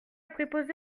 préposé